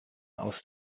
aus